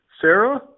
Sarah